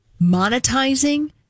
monetizing